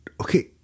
Okay